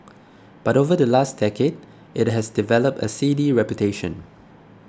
but over the last decade it has developed a seedy reputation